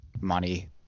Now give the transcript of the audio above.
money